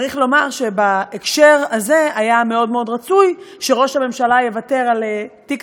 צריך לומר שבהקשר הזה היה מאוד מאוד רצוי שראש הממשלה יוותר על תיק